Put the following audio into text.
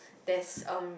there's um